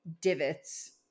divots